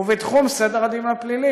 ובתחום סדר הדין הפלילי,